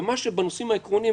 ומה שבנושאים העקרוניים,